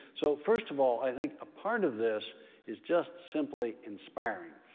so first of all, i think a part of this is just simply inspiring.